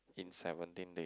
in seventeen day